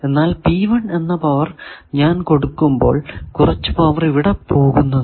എന്നാൽ എന്ന പവർ ഞാൻ കൊടുക്കുമ്പോൾ കുറച്ചു പവർ ഇവിടെ പോകുന്നതാണ്